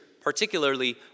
particularly